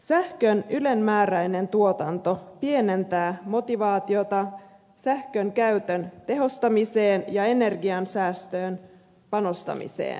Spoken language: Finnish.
sähkön ylenmääräinen tuotanto pienentää motivaatiota sähkönkäytön tehostamiseen ja energiansäästöön panostamiseen